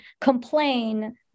complain